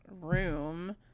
room